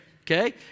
Okay